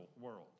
world